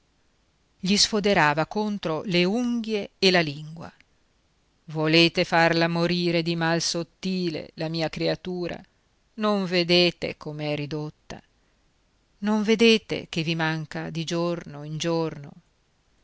gli sfoderava contro le unghie e la lingua volete farla morire di mal sottile la mia creatura non vedete com'è ridotta non vedete che vi manca di giorno in giorno